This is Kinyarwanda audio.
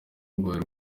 rwawe